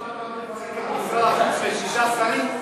אם ראש הממשלה לא היה מפרק את משרד החוץ לשישה שרים,